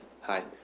Hi